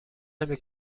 نمی